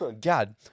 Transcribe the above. God